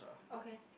okay